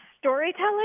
storytelling